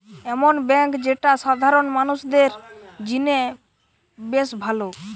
এমন বেঙ্ক যেটা সাধারণ মানুষদের জিনে বেশ ভালো